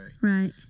right